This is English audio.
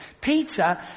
Peter